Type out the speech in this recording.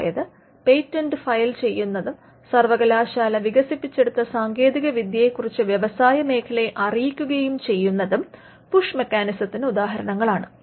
അതായത് patent file ചെയ്യുന്നതും സർവകലാശാല വികസിപ്പിച്ചെടുത്ത സാങ്കേതിക വിദ്യയെ കുറിച്ച് വ്യവസായമേഖലയെ അറിയിക്കുകയും ചെയ്യുന്നതും പുഷ് മെക്കാനിസത്തിന് ഉദാഹരണങ്ങളാണ്